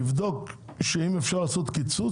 לבדוק שאם אפשר לעשות קיצוץ,